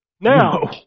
Now